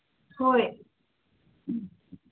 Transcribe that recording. ꯍꯣꯏ